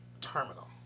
Terminal